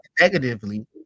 negatively